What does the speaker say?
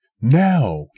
Now